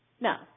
No